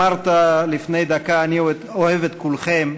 אמרת לפני דקה "אני אוהב את כולכם",